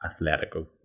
Atletico